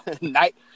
Night